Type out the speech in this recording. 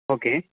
okay